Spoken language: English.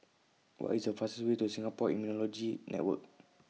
What IS The fastest Way to Singapore Immunology Network